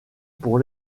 pour